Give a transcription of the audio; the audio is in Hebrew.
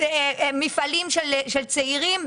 מפעלים של צעירים,